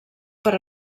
per